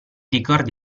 ricordi